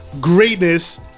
greatness